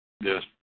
Yes